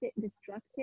destructive